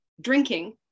drinking